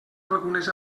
algunes